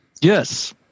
Yes